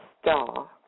star